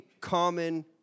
common